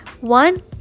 one